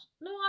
No